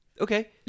Okay